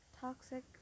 toxic